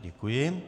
Děkuji.